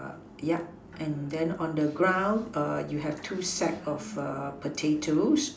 yup and then on the ground you have two sack of potatoes